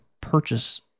purchase